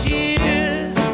years